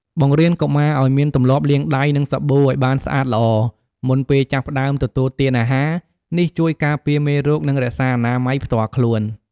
បង្រៀនកុមារឲ្យមានទម្លាប់លាងដៃនឹងសាប៊ូឲ្យបានស្អាតល្អ មុនពេលចាប់ផ្តើមទទួលទានអាហារ នេះជួយការពារមេរោគ និងរក្សាអនាម័យផ្ទាល់ខ្លួន។